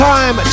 Time